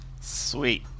Sweet